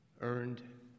Earned